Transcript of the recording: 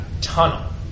tunnel